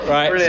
Right